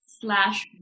slash